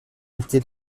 unité